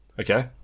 Okay